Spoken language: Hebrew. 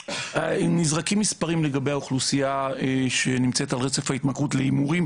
נזרקים מספרים לגבי האוכלוסייה שנמצאת על רצף ההתמכרות להימורים,